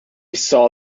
saw